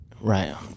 Right